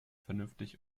vernünftig